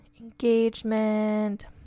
engagement